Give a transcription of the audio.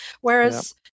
Whereas